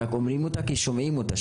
רק אומרים אותה כי שומעים אותה,